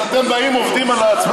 אז אתם באים, עובדים על עצמכם?